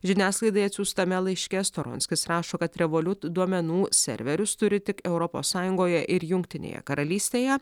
žiniasklaidai atsiųstame laiške storonskis rašo kad revolut duomenų serverius turi tik europos sąjungoje ir jungtinėje karalystėje